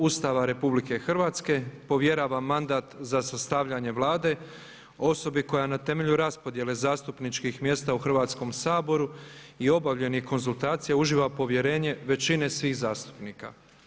Ustava Republike Hrvatske povjerava mandat za sastavljanje Vlade osobi koja na temelju raspodjele zastupničkih mjesta u Hrvatskom saboru i obavljenih konzultacija uživa povjerenje većine svih zastupnika.